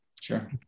Sure